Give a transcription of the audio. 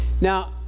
Now